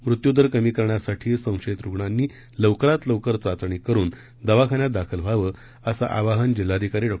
मृत्यूदर कमी करण्यासाठी संशयित रुग्णांनी लवकरात लवकर चाचणी करून दवाखान्यात दाखल व्हावं असं आवाहन जिल्हाधिकारी डॉ